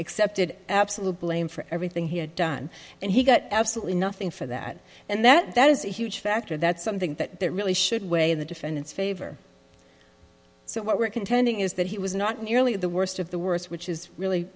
excepted absolute blame for everything he had done and he got absolutely nothing for that and that is a huge factor that's something that really should weigh in the defendant's favor so what we're contending is that he was not merely the worst of the worst which is really